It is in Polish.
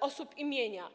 osób i mienia.